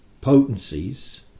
potencies